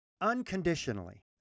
unconditionally